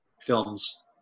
films